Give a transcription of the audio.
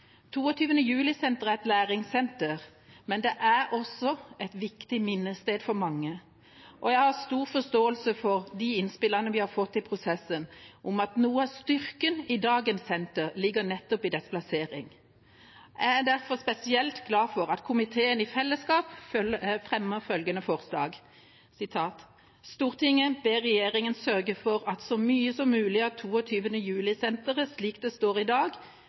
er et læringssenter, men det er også et viktig minnested for mange, og jeg har stor forståelse for de innspillene vi har fått i prosessen om at noe av styrken i dagens senter ligger nettopp i dets plassering. Jeg er derfor spesielt glad for at komiteen i fellesskap fremmer følgende forslag: «Stortinget ber regjeringen sørge for at så mye som mulig av 22. juli-senteret slik det står i dag,